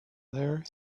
there